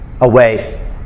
away